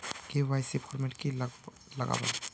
KYC format की लगावल?